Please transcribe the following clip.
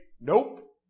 nope